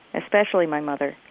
especially my mother,